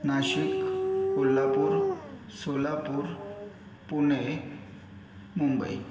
Nashik Kolhapur Solapur Pune Mumbai